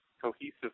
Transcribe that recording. cohesive